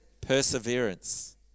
Perseverance